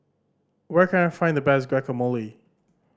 where can I find the best Guacamole